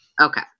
Okay